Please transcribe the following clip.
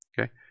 Okay